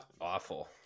awful